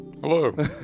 hello